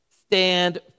Stand